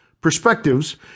perspectives